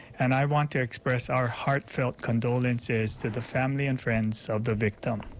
and i want to express our heartfelt condolences to the family and friends of the victim.